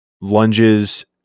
lunges